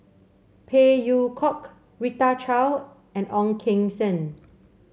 Phey Yew Kok Rita Chao and Ong Keng Sen